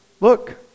look